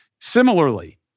Similarly